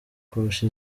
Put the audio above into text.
kurusha